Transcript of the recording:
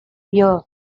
here